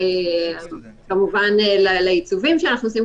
כמובן לעיצובים שאנחנו עושים,